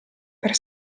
per